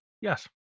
yes